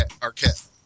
Arquette